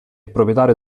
proprietario